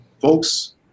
Folks